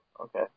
okay